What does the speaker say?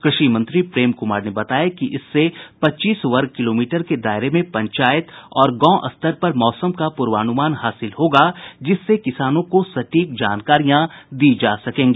कृषि मंत्री प्रेम कुमार ने बताया कि इससे पच्चीस वर्ग किलोमीटर के दायरे में पंचायत और गांव स्तर पर मौसम का पूर्वानुमान हासिल होगा जिससे किसानों को सटीक जानकारियां दी जा सकेंगी